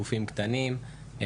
גופים קטנים,